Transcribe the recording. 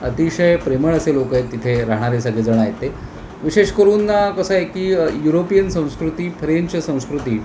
अतिशय प्रेमळ असे लोक आहेत तिथे राहणारे सगळेजणं आहेत ते विशेष करून कसं आहे की युरोपियन संस्कृती फ्रेंच संस्कृती